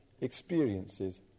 experiences